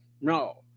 No